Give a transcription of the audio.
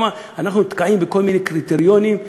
אנחנו נתקעים בכל מיני קריטריונים,